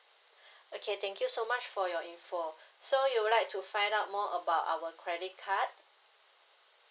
okay thank you so much for your info so you would like to find out more about our credit card